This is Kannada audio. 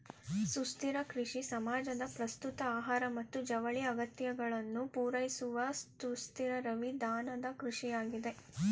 ಸುಸ್ಥಿರ ಕೃಷಿ ಸಮಾಜದ ಪ್ರಸ್ತುತ ಆಹಾರ ಮತ್ತು ಜವಳಿ ಅಗತ್ಯಗಳನ್ನು ಪೂರೈಸುವಸುಸ್ಥಿರವಿಧಾನದಕೃಷಿಯಾಗಿದೆ